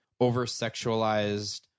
over-sexualized